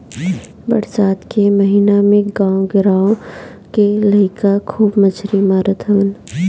बरसात के महिना में गांव गिरांव के लईका खूब मछरी मारत हवन